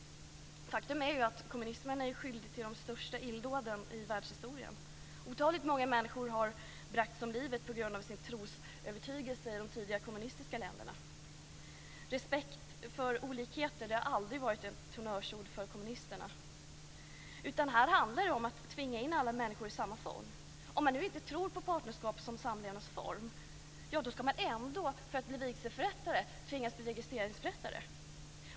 Faktum är att kommunismen är skyldig till de största illdåden i världshistorien. Otaligt många människor har bragts om livet på grund av sin trosövertygelse i de tidigare kommunistiska länderna. Respekt för olikheter har aldrig varit ett honnörsord för kommunister. Här handlar det om att tvinga in alla människor i samma fålla. Om man inte tror på partnerskap som samlevnadsform, då ska man för att bli vigselförrättare ändå tvingas att bli registreringsförrättare.